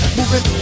Moving